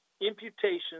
imputation